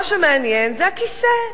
מה שמעניין זה הכיסא,